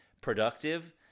productive